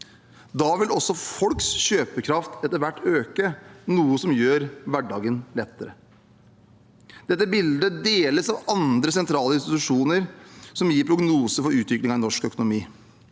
Da vil også folks kjøpekraft etter hvert øke, noe som vil gjøre hverdagen lettere. Dette bildet deles av andre sentrale institusjoner som gir prognoser for utviklingen i norsk økonomi.